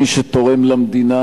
מי שתורם למדינה,